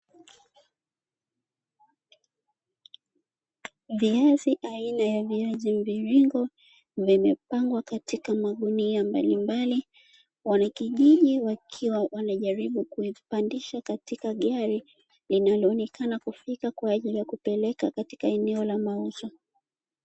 Viazi aina ya viazi mviringo vimepangwa katika magunia mbalimbali, wanakijiji wakiwa wanajaribu kuvipandisha katika gari linalo onekana kufika kwa ajili ya kupeleka katika eneo la mauzo.